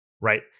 Right